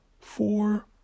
four